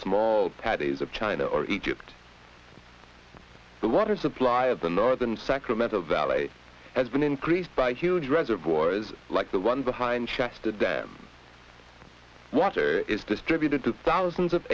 small patties of china or egypt the water supply of the northern sacramento valley has been increased by huge reservoir is like the one behind shasta dam water is distributed to thousands of